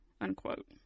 unquote